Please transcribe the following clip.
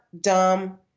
dumb